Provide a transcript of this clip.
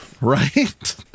Right